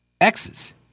Xs